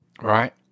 right